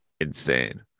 Insane